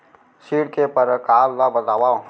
ऋण के परकार ल बतावव?